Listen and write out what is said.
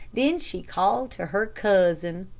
then she called to her cousin,